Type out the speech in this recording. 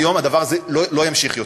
מהיום הדבר הזה לא יימשך יותר.